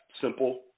simple